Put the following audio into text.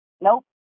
Nope